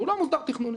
והוא לא מוסדר תכנונית.